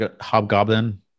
Hobgoblin